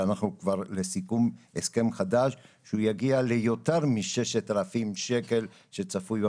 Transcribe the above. ואנחנו כבר בסיכום של הסכם חדש שיגיע ליותר מ-6,000 שקל שצפוי במשק.